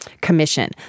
commission